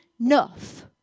enough